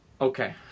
Okay